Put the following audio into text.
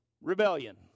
Rebellion